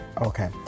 Okay